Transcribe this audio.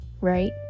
Right